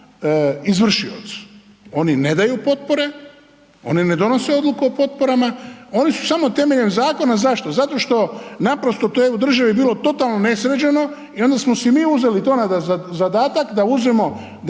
izvršioc, oni ne daju potpore, oni ne donose odluku o potporama, oni su samo temeljem zakona, zašto? Zato što naprosto to je u državi bilo totalno nesređeno i onda smo si mi uzeli na zadatak da uzmemo